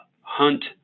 hunt